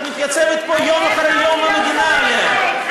את מתייצבת פה יום אחר יום ומגינה עליה,